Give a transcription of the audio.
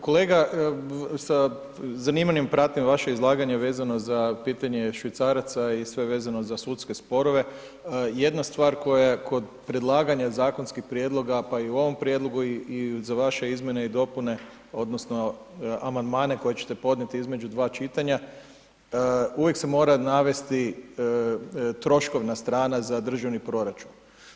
Kolega, sa zanimanjem pratim vaše izlaganje vezano za pitanje švicaraca i sve vezano za sudske sporove, jedna stvar koja kod predlaganja zakonskih prijedloga pa i u ovom prijedlogu i za vaše izmjene i dopune odnosno amandmane koje ćete podnijeti između dva čitanja, uvijek se mora navesti troškovna strana za državni proračun.